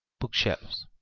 book-shelves.